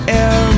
air